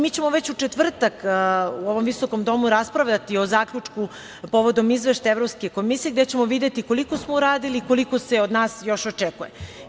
Mi ćemo već u četvrtak u ovom visokom domu raspravljati o zaključku povodom izveštaja Evropske komisije gde ćemo videti koliko smo uradili, koliko se od nas još očekuje.